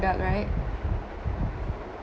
product right